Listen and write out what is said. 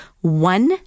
one